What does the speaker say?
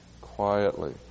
quietly